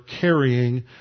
carrying